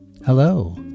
Hello